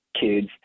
kids